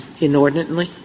inordinately